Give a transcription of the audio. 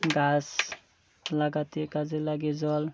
গাছ লাগাতে কাজে লাগে জল